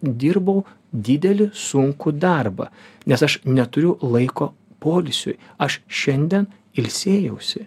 dirbau didelį sunkų darbą nes aš neturiu laiko poilsiui aš šiandien ilsėjausi